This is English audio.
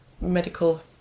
medical